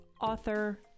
author